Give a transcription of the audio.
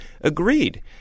agreed